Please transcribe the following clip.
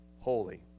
holy